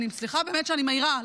סליחה באמת שאני מעירה.